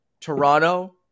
Toronto